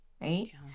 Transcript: right